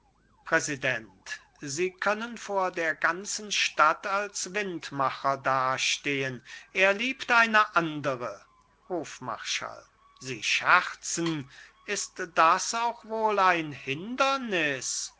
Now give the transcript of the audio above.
präsident sie können vor der ganzen stadt als windmacher dastehen er liebt eine andere hofmarschall sie scherzen ist das auch wohl ein hindernis